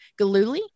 Galuli